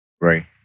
Right